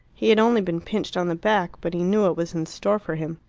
he had only been pinched on the back, but he knew what was in store for him.